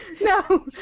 No